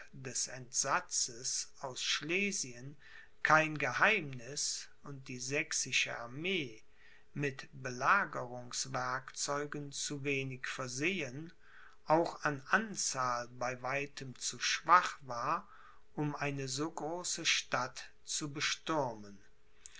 des entsatzes aus schlesien kein geheimniß und die sächsische armee mit belagerungswerkzeugen zu wenig versehen auch an anzahl bei weitem zu schwach war um eine so große stadt zu bestürmen